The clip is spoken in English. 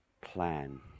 plan